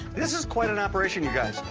this is quite an operation, you guys.